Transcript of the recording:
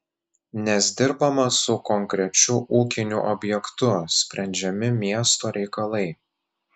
nes dirbama su konkrečiu ūkiniu objektu sprendžiami miesto reikalai